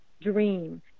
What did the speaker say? DREAM